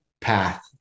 path